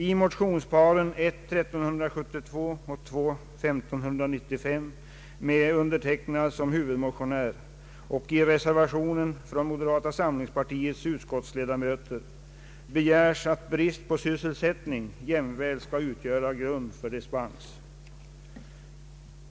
I motionsparen 1: 1372 och II: 1595, med mig som huvudmotionär, och i reservationen från moderata samlingspartiets utskottsledamöter begäres att brist på sysselsättning jämväl skall utgöra grund för dispens.